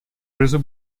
brzo